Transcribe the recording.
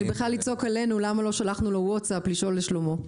ובכלל לצעוק עלינו למה לא שלחנו לו ווטסאפ לשאול לשלומו.